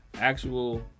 actual